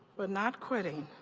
but not quitting.